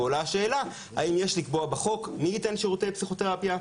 ועולה השאלה: האם יש לקבוע בחוק מי יתן שירותי פסיכותרפיה,